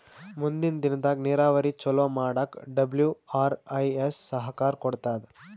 ಮುಂದಿನ್ ದಿನದಾಗ್ ನೀರಾವರಿ ಚೊಲೋ ಮಾಡಕ್ ಡಬ್ಲ್ಯೂ.ಆರ್.ಐ.ಎಸ್ ಸಹಕಾರ್ ಕೊಡ್ತದ್